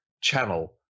channel